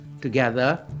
together